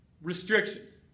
restrictions